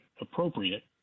appropriate